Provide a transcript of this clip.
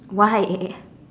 why